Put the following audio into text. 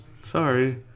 Sorry